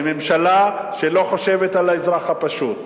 שממשלה שלא חושבת על האזרח הפשוט,